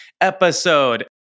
episode